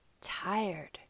tired